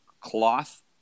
cloth